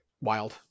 wild